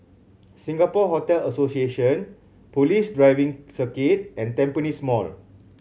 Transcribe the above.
Singapore Hotel Association Police Driving Circuit and Tampines Mall